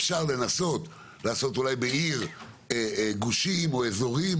אפשר לנסות לעשות אולי בעיר גושים או אזורים